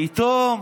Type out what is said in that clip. פתאום